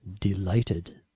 Delighted